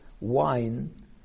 wine